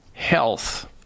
health